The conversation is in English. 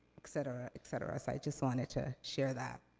et cetera, et cetera. so i just wanted to share that.